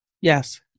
Yes